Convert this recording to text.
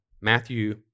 Matthew